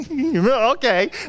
Okay